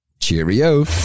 Cheerio